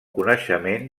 coneixement